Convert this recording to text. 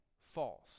false